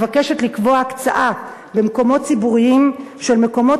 המבקשת לקבוע הקצאה במקומות ציבוריים של מקומות